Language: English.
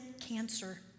cancer